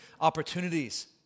opportunities